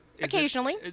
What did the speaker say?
occasionally